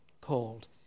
called